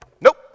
nope